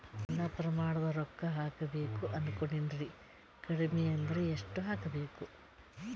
ಸಣ್ಣ ಪ್ರಮಾಣದ ರೊಕ್ಕ ಹಾಕಬೇಕು ಅನಕೊಂಡಿನ್ರಿ ಕಡಿಮಿ ಅಂದ್ರ ಎಷ್ಟ ಹಾಕಬೇಕು?